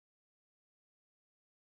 oh because I'm a lesbian